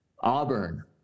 Auburn